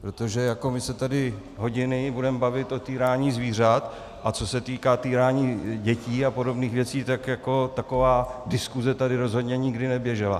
Protože my se tady hodiny budeme bavit o týrání zvířat, a co se týká týrání dětí a podobných věcí, tak taková diskuse tady rozhodně nikdy neběžela.